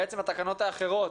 התקנות האחרות,